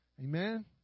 Amen